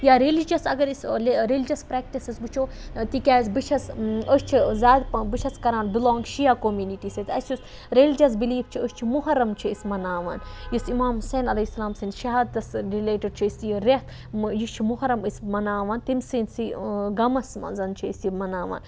یا ریٚلِجَس اگر أسۍ ریٚلجَس پریٚکٹِسِز وٕچھو تِکیازِ بہٕ چھَس أسۍ چھِ زیادٕ پَہَم بہٕ چھَس کَران بِلونٛگ شِیا کومنِتی سۭتۍ تہٕ اَسہِ یُس ریٚلجَس بِلیٖف چھ أسۍ چھِ مُحَرَم چھِ أسۍ مَناوان یُس اَمام حُسین علیہ سَلام سٕنٛدِ شَہادتَس رِلیٹِڈ چھُ أسۍ یہِ ریٚتھ یہِ چھُ مُحرم أسۍ مَناوان تٔمۍ سٕنٛدِ سی غَمَس مَنٛز چھِ أسۍ یہِ مَناوان